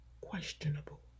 questionable